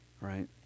right